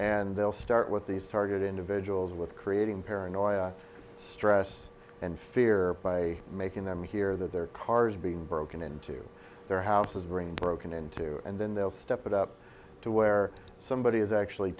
and they'll start with these target individuals with creating paranoia stress and fear by making them hear their cars being broken into their houses bringing broken into and then they'll step it up to where somebody is actually